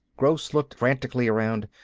gross looked frantically around.